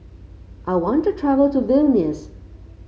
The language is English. I want to travel to Vilnius